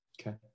Okay